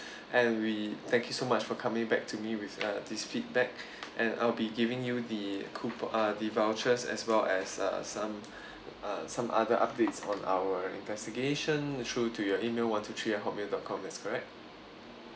and we thank you so much for coming back to me with this uh feedback and I'll be giving you the coupo~ uh the vouchers as well as uh some uh some other updates on our investigation through to your email one two three at hotmail dot com that's correct